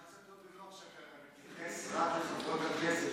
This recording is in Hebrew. אני חש קצת לא בנוח שאתה מתייחס רק לחברות הכנסת,